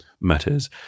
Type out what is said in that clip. matters